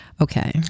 Okay